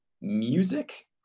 music